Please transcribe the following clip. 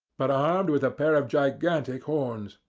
but armed with a pair of gigantic horns.